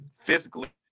physically